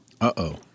Uh-oh